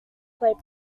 played